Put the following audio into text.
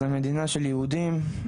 זה מדינה של יהודים,